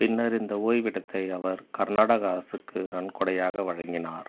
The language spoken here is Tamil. பின்னர் இந்த ஓய்விடத்தை அவர் கர்நாடக அரசுக்கு நன்கொடையாக வழங்கினார்